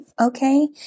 Okay